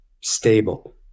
stable